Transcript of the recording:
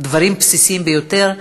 דברים בסיסיים ביותר.